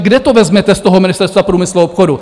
Kde to vezmete z Ministerstva průmyslu a obchodu?